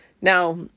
Now